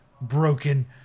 broken